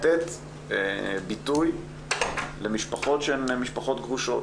לתת ביטוי למשפחות שהן משפחות גרושות.